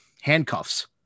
handcuffs